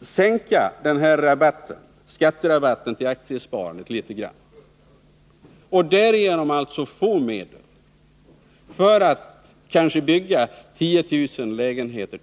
sänka skatterabatten till aktiesparandet något och därigenom få medel att bygga ytterligare kanske 10 000 lägenheter?